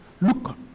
Look